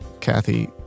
Kathy